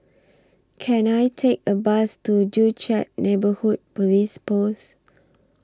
Can I Take A Bus to Joo Chiat Neighbourhood Police Post